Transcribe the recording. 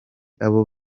abo